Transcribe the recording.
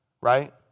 Right